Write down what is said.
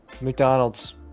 McDonald's